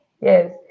yes